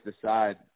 decide